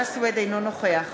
אינו נוכח